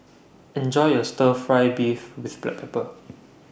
Enjoy your Stir Fry Beef with Black Pepper